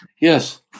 Yes